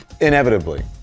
Inevitably